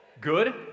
Good